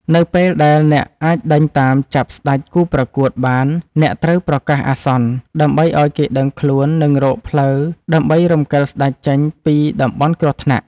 នៅពេលដែលអ្នកអាចដេញតាមចាប់ស្តេចគូប្រកួតបានអ្នកត្រូវប្រកាសអាសន្ន ដើម្បីឱ្យគេដឹងខ្លួននិងរកផ្លូវដើម្បីរំកិលស្តេចចេញពីតំបន់គ្រោះថ្នាក់។